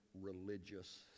religious